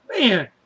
Man